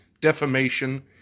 defamation